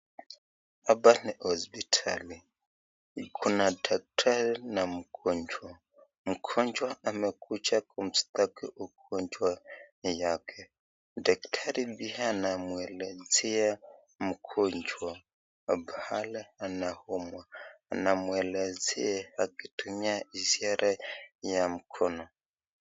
Hapa ni hospitali. Kuna daktari na mgonjwa. Mgonjwa amekuja kumstaki ugonjwa yake. Daktari pia anamwelezea mgonjwa pahali anaumwa. Anamwelezea akitumia ishara ya mkono.